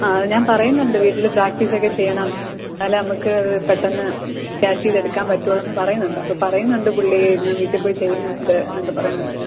ആ ഞാൻ പറയുന്നുണ്ട് വീട്ടിൽ പ്രാക്ടീസ് ഒക്കെ ചെയ്യണം എന്നാലേ നമുക്ക് പെട്ടെന്ന് ക്യാച്ച് ചെയ്ത് എടുക്കാൻ പറ്റുള്ളൂ എന്ന് പറയുന്നുണ്ട് അപ്പം പറയുന്നുണ്ട് പുള്ളി ഞാൻ വീട്ടിൽ പോയി ചെയ്യുന്നുണ്ട് എന്നൊക്കെ പറയുന്നുണ്ട്